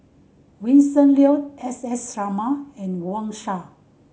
Vincent Leow S S Sarma and Wang Sha